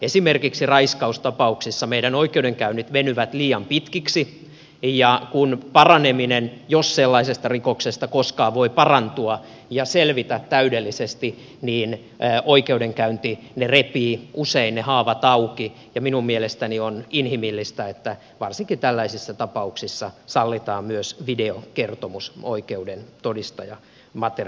esimerkiksi raiskaustapauksissa meidän oikeudenkäynnit venyvät liian pitkiksi ja jos sellaisesta rikoksesta koskaan voi parantua ja selvitä täydellisesti oikeudenkäynti repii usein ne haavat auki ja minun mielestäni on inhimillistä että varsinkin tällaisissa tapauksissa sallitaan myös videokertomus oikeuden todistajamateriaalina